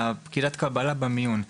לפקידת הקבלה במיון.